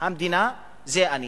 המדינה זה אני,